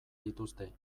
dituzte